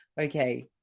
okay